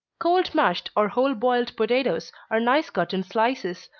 cold mashed, or whole boiled potatoes, are nice cut in slices,